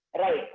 right